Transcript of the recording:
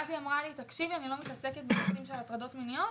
נאמר לי: אני לא מתעסקת בהיבטים של הטרדות מיניות,